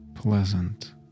Pleasant